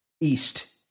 East